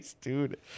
dude